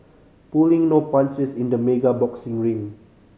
pulling no punches in the mega boxing ring